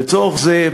לצורך זה,